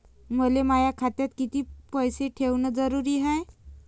मले माया खात्यात कितीक पैसे ठेवण जरुरीच हाय?